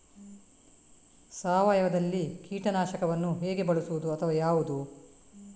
ಸಾವಯವದಲ್ಲಿ ಕೀಟನಾಶಕವನ್ನು ಹೇಗೆ ಬಳಸುವುದು ಅಥವಾ ಯಾವುದು?